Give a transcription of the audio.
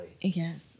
Yes